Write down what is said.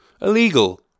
Illegal